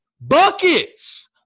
buckets